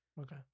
Okay